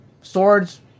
swords